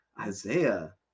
Isaiah